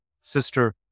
sister